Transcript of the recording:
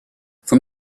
from